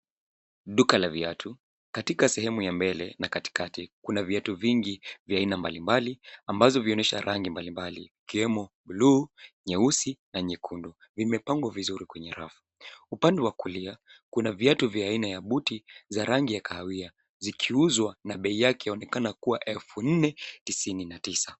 Duka la viatu katika sehemu ya mbele na katikati kuna viatu vingi vya aina mbalimbali ambazo vinaonyesha rangi mbalimbali ikiwemo buluu, nyeusi na nyekundu zimepangwa vizuri kwenye rafu upande wa kulia kuna viatu vya aina ya booti za rangi ya kahawia zikiuzwa na bei yake yaonekana kua elfu nne tisini na tisa.